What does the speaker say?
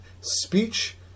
speech